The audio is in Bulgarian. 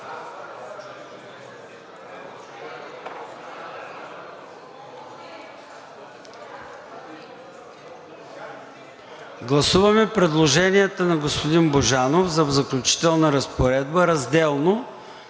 Гласуваме предложенията на господин Божанов за „Заключителна разпоредба“ разделно,